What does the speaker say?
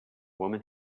woman